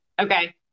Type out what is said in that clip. Okay